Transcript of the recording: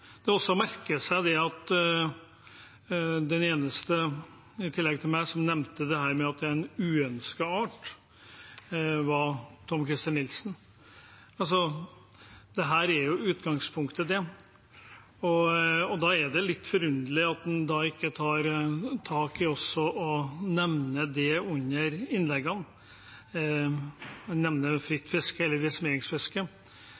er også å merke seg at den eneste i tillegg til meg som nevnte at dette er en uønsket art, var Tom-Christer Nilsen. Det er jo i utgangspunktet det. Da er det litt forunderlig at en ikke tar tak i det og nevner det under innleggene.